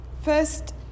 First